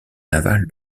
naval